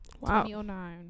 wow